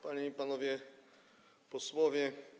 Panie i Panowie Posłowie!